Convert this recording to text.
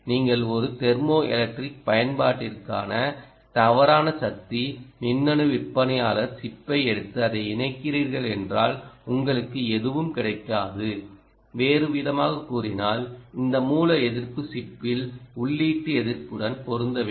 நீங்கள் ஒரு தெர்மோஎலக்ட்ரிக் பயன்பாட்டிற்கான தவறான சக்தி மின்னணு விற்பனையாளர் சிப்பை எடுத்து அதை இணைக்கிறீர்கள் என்றால் உங்களுக்கு எதுவும் கிடைக்காது வேறுவிதமாகக் கூறினால் இந்த மூல எதிர்ப்பு சிப்பின் உள்ளீட்டு எதிர்ப்புடன் பொருந்த வேண்டும்